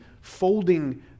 folding